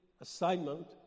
assignment